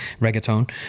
reggaeton